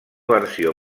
versió